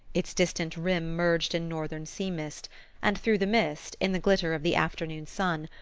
its distant rim merged in northern sea-mist and through the mist, in the glitter of the afternoon sun,